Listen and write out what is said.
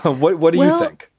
what what do you think?